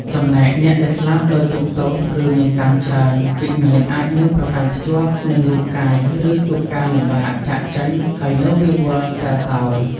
ចំណែកអ្នកដែលស្លាប់ដោយទុក្ខទោស ឬមានកម្មច្រើន វិញ្ញាណអាចនឹងប្រកាន់ភ្ជាប់នឹងរូបកាយ ឬជួបការលំបាកចាកចេញ ហើយនៅវិលវល់ តែលតោល។